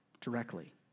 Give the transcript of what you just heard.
directly